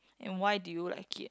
and why do you like it